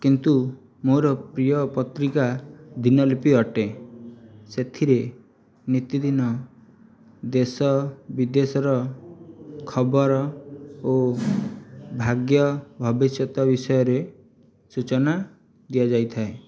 କିନ୍ତୁ ମୋର ପ୍ରିୟ ପତ୍ରିକା ଦିନଲିପି ଅଟେ ସେଥିରେ ନିତିଦିନ ଦେଶ ବିଦେଶର ଖବର ଓ ଭାଗ୍ୟ ଭବିଷ୍ୟତ ବିଷୟରେ ସୂଚନା ଦିଆଯାଇଥାଏ